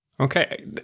Okay